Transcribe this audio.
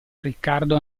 riccardo